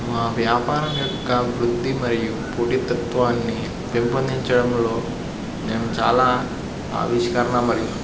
మా వ్యాపారం యొక్క వృద్ధి మరియు పోటితత్వాన్ని పెంపొందించడంలో నేను చాలా ఆవిష్కరణ మరియు